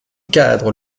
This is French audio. cadre